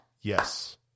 Yes